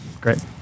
Great